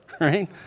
right